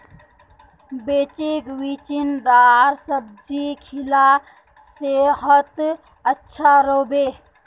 बच्चीक चिचिण्डार सब्जी खिला सेहद अच्छा रह बे